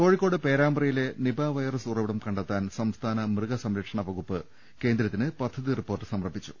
കോഴിക്കോട് പേരാമ്പ്രയിലെ നിപ വൈറസ് ഉറവിടം കണ്ടെ ത്താൻ സംസ്ഥാന മൃഗ സംരക്ഷണ വകുപ്പ് കേന്ദ്രത്തിന് പദ്ധതി റിപ്പോർട്ട് സമർപ്പിച്ചു